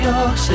York